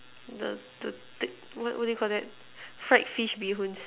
the the thick what what do you Call that fried fish bee-hoon